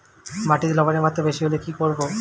মাটিতে লবণের মাত্রা বেশি হলে কি করব?